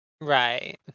Right